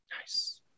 Nice